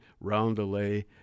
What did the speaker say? Roundelay